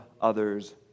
others